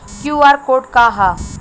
QR code का ह?